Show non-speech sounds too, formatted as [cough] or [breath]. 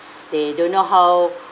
they don't know how [breath]